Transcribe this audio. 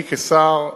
אני, כשר,